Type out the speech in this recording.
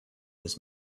his